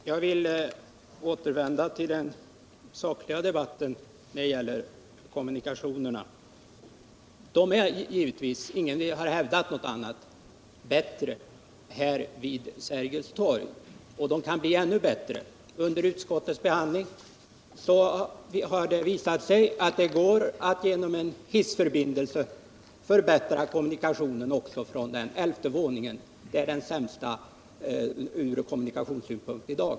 Herr talman! Jag vill återvända till den sakliga debatten när det gäller kommunikationerna. Dessa är givetvis — ingen har hävdat någonting annat — bättre här vid Sergels torg, och de kan bli ännu bättre. Under utskottets behandling har det klart visat sig att det går att genom cen hissförbindelse förbättra kommunikationen också från elfte våningen, som i dag är den sämsta ur kommunikationssynpunkt.